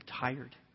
tired